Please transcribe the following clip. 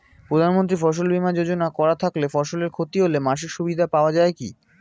প্রধানমন্ত্রী ফসল বীমা যোজনা করা থাকলে ফসলের ক্ষতি হলে মাসিক সুবিধা পাওয়া য়ায় কি?